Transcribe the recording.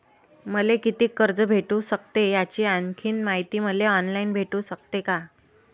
मले कितीक कर्ज भेटू सकते, याची आणखीन मायती मले ऑनलाईन भेटू सकते का?